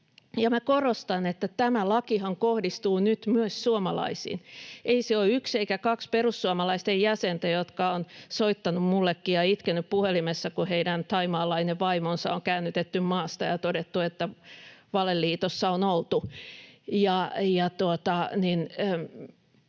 korostan, että tämä lakihan kohdistuu nyt myös suomalaisiin. Ei se ole yksi eikä kaksi perussuomalaisten jäsentä, jotka ovat soittaneet minullekin ja itkeneet puhelimessa, kun heidän thaimaalainen vaimonsa on käännytetty maasta ja todettu, että valeliitossa on oltu.